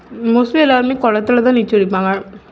mostly எல்லோருமே குளத்துல தான் நீச்சல் அடிப்பாங்க